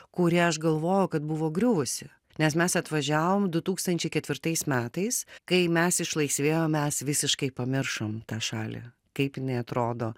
kuri aš galvojau kad buvo griuvusi nes mes atvažiavom du tūkstančiai ketvirtais metais kai mes išlaisvėjom mes visiškai pamiršom tą šalį kaip jinai atrodo